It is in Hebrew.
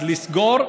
אז לסגור,